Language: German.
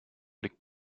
blick